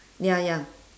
ya ya